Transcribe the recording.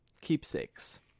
keepsakes